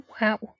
wow